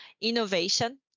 innovation